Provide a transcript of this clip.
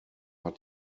hat